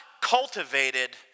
cultivated